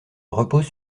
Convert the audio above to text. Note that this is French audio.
repose